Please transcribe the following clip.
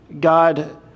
God